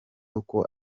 uko